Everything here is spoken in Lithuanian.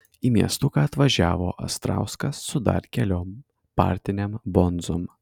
į miestuką atvažiavo astrauskas su dar keliom partinėm bonzom